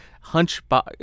hunchback